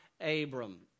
Abram